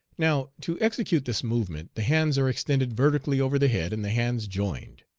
now to execute this movement the hands are extended vertically over the head and the hands joined.